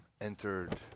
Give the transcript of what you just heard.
entered